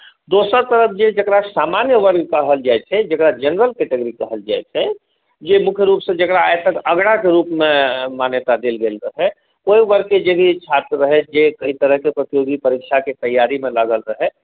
दोसर तरफ जे जकरा सामन्यवर्ग कहल जाइत छै जकरा जेनरल कैटगरी कहल जाइत छै जे मुख्य रूपसँ जकरा आइ तक अगड़ाक रूपमे मान्यता देल गेल रहै ओ वर्गके जे भी छात्र रहै जे एहि तरहक प्रतियोगी परीक्षाक तैयारीमे लागल रहै